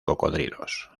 cocodrilos